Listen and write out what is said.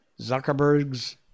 Zuckerberg's